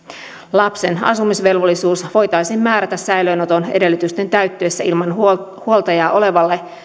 lapsen asumisvelvollisuus voitaisiin määrätä säilöönoton edellytysten täyttyessä ilman huoltajaa olevalle